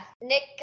Nick